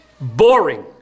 boring